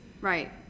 Right